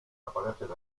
aparecen